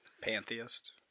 pantheist